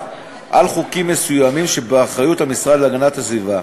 על חוקים מסוימים שבאחריות המשרד להגנת הסביבה,